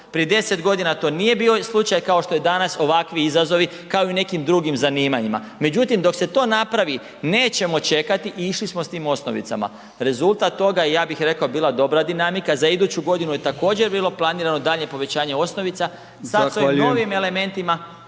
Prije 10 godina to nije bio slučaj kao što je danas ovakvi izazovi kao i u nekim drugim zanimanjima. Međutim, dok se to napravi nećemo čekati i išli smo sa tim osnovicama. Rezultat toga, ja bih rekao je bila dobra dinamika. Za iduću godinu je također bilo planirano daljnje povećanje osnovica. Sad sa ovim novim elementima